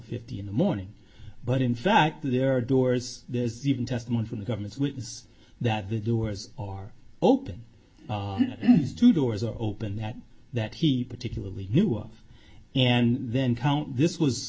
fifty in the morning but in fact there are doors there's even testimony from the government's witness that the doors are open two doors are open that that he particularly knew of and then count this was